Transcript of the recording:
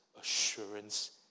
assurance